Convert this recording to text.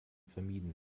vermieden